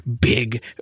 big